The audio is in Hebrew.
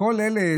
כל אלה,